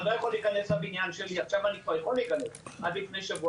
אני לא יכול להיכנס לבניין שלי עכשיו כבר יכול להיכנס אבל עד שבוע